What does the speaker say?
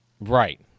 Right